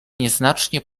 nieznacznie